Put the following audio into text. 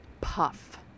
puff